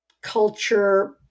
culture